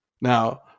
Now